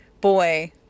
boy